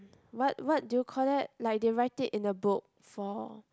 what what do you call that like they write it in the book for